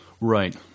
right